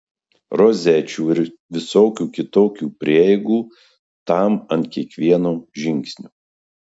rozečių ir visokių kitokių prieigų tam ant kiekvieno žingsnio